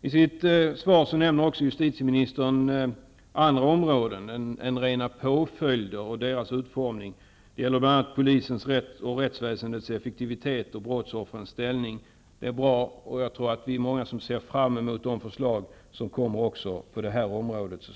I sitt svar nämner justitieministern också andra områden än rena påföljder och deras utformning. Det gäller bl.a. polisens rätt, rättsväsendets effektivitet och brottsoffrens ställning. Det är bra, och jag tror att vi är många som ser fram mot de förslag som så småningom kommer också på det området.